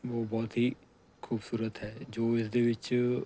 ਉਹ ਬਹੁਤ ਹੀ ਖੂਬਸੂਰਤ ਹੈ ਜੋ ਇਸ ਦੇ ਵਿੱਚ